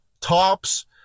tops